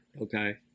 Okay